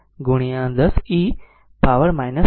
તેથી તે પાવર માટે 0